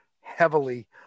heavily